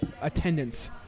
attendance